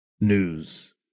news